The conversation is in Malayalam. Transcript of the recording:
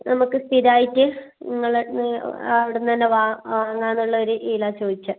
നമുക്ക് സ്ഥിരായിട്ട് നിങ്ങള് നിങ്ങളുടെ അവിടുന്നാണ് വാ വങ്ങാനുള്ള ഒര് ഇതിലാണ് ചോദിച്ചത്